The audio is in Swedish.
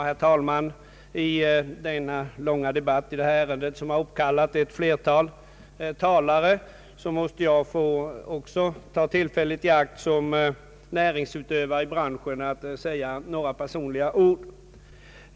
Herr talman! I den långa debatten i detta ärende, som har uppkallat ett flertal ledamöter, måste också jag ta tillfället i akt i egenskap av näringsutövare i branschen att få säga några ord.